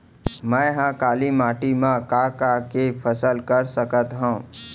मै ह काली माटी मा का का के फसल कर सकत हव?